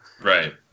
Right